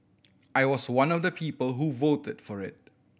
I was one of the people who voted for it